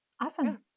Awesome